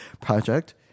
project